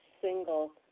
single